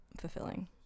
fulfilling